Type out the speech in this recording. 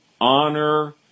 honor